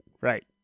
right